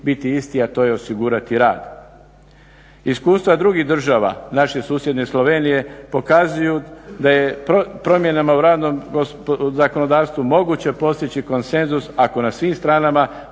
susjedne Slovenije pokazuju da je promjenama u radnom zakonodavstvu moguće postići konsenzus ako na svim stranama